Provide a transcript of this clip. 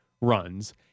runs